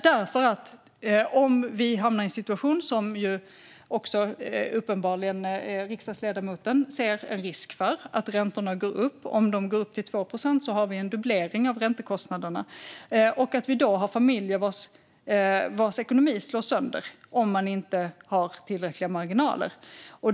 Vi kan hamna i en situation där räntorna går upp, något som uppenbarligen även riksdagsledamoten ser en risk för. Om de går upp till 2 procent har vi en dubblering av räntekostnaderna, och då kommer det att finnas familjer vars ekonomi slås sönder om de inte har tillräckliga marginaler.